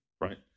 right